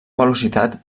velocitat